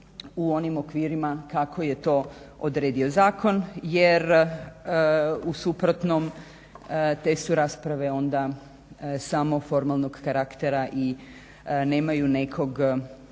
u onim okvirima kako je to odredio zakon jer u suprotnom te su rasprave onda samo formalnog karaktera i nemaju nekog